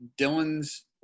Dylan's